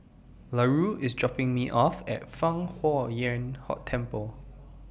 Larue IS dropping Me off At Fang Huo Yuan Hot Temple